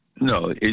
No